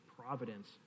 providence